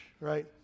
right